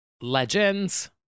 legends